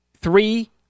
three